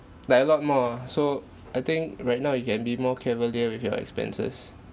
like a lot more so I think right now you can be more cavalier with your expenses